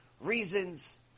reasons